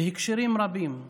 בהקשרים רבים.